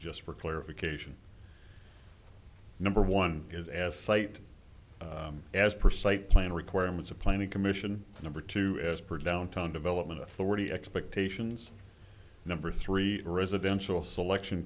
just for clarification number one is as site as precise plan requirements of planning commission number two as per downtown development authority expectations number three residential selection